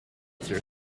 threw